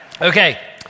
Okay